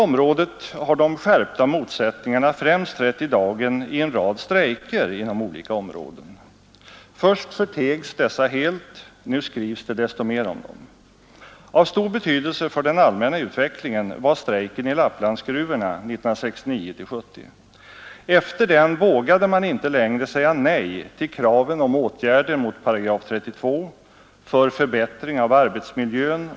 När herr Helén gick upp i talarstolen tänkte man, att nu skulle man väl ändå få höra vad detta borgerliga samarbete innebär. Icke ett spår därav! Det var bara de gamla vanliga påhoppen på socialdemokratin. Men det finns allvarliga problem, som han snuddade vid, t.ex. möjligheterna för människor att påverka besluten.